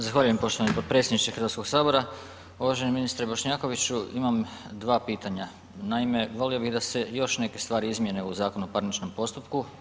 Zahvaljujem poštovani potpredsjedniče Hrvatskog sabora, uvaženi ministre Bošnjakoviću, imam 2 pitanja, naime, volio bi da se još neke stvari izmjene u Zakonu o parničkom postupku.